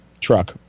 truck